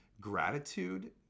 Gratitude